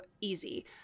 easy